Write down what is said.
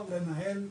באמת,